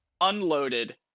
unloaded